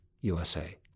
USA